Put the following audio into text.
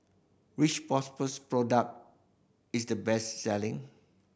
which Propass product is the best selling